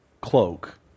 cloak